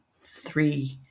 Three